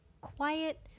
quiet